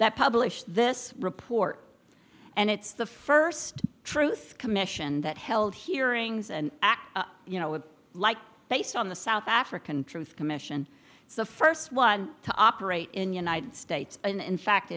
that published this report and it's the first truth commission that held hearings and act you know like based on the south african truth commission the first one to operate in united states and in fact